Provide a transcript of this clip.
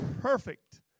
perfect